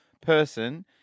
person